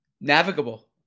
Navigable